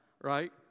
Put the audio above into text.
right